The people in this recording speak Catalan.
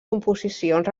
composicions